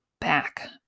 back